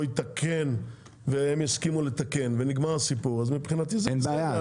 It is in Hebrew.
יתקן והם יסכימו לתקן ונגמר הסיפור אז מבחינתי זה בסדר.